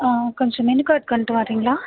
on கொஞ்சம் menu card கொண்டுவாறீங்களா